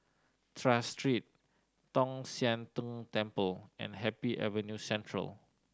Tras Street Tong Sian Tng Temple and Happy Avenue Central